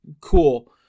cool